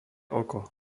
oko